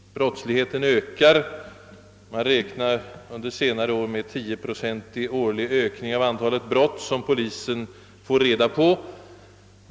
Brottsligheten ökar — man har under senare år räknat med en 10-procentig årlig ökning av antalet brott som polisen får reda på.